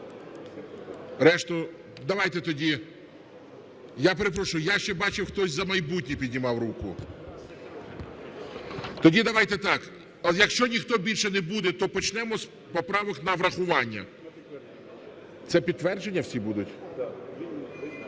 ще буде? Давайте тоді… Я перепрошую, я ще бачив, хтось "За майбутнє" піднімав руку. Тоді давайте так, якщо ніхто більше не буде, то почнемо з поправок на врахування. Це підтвердження всі будуть? Дві хвилини вам